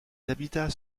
habitats